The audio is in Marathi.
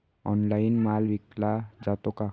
ऑनलाइन माल विकला जातो का?